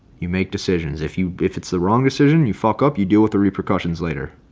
you make decisions if you if it's the wrong decision, and you fuck up you deal with the repercussions later.